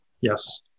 yes